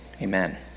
Amen